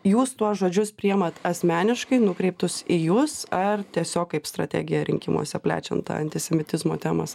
jūs tuos žodžius priimat asmeniškai nukreiptus į jus ar tiesiog kaip strategiją rinkimuose plečiant tą antisemitizmo temos